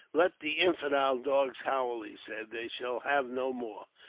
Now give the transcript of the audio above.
let the infidel dogs howl, he said. they shall have no more.